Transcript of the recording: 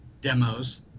demos